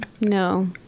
No